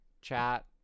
chat